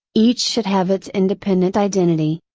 each should have its independent identity.